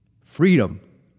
freedom